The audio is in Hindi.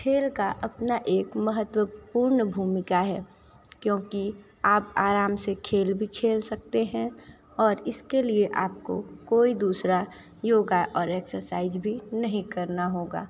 खेल का अपना एक महत्वपूर्ण भूमिका है क्योंकि आप आराम से खेल भी खेल सकते हैं और इसके लिए आपको कोई दूसरा योगा और एक्सरसाइज भी नहीं करना होगा